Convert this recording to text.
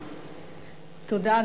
תודה.